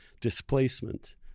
displacement